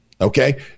Okay